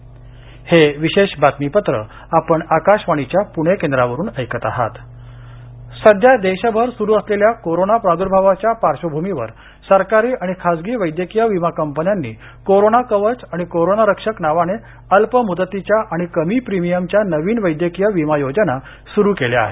corona कवच सध्या देशभर सुरु असलेल्या कोरोना प्रादूर्भावाच्या पार्श्वभूमीवर सरकारी आणि खासगी वैद्यकीय विमा कंपन्यांनी कोरोना कवच आणि कोरोना रक्षक नावाने अल्प मुदतीच्या आणि कमी प्रिमिअमच्या नवीन वैद्यकीय विमा योजना स्रु केल्या आहेत